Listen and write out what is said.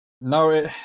No